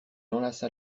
enlaça